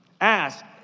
Ask